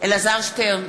אלעזר שטרן,